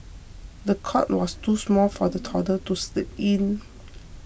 the cot was too small for the toddler to sleep in